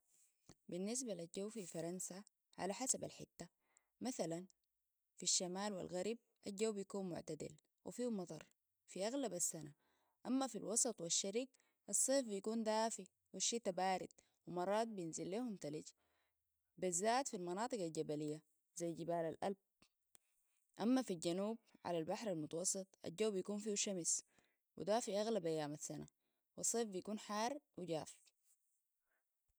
بالنسبة للجو في فرنسا على حسب الحتة مثلا في الشمال والغرب الجو بيكون معتدل وفيهو مطر في أغلب السنة أما في الوسط والشرق الصيف بيكون دافي والشتا بارد ومرات بينزل لهم تلج بالذات في المناطق الجبلية زي جبال الالب أما في الجنوب على البحر المتوسط الجو بيكون فيهو شمس و دافي أغلب أيام السنة وصيف بيكون حار وجاف